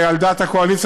על דעת הקואליציה,